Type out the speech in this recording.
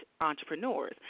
entrepreneurs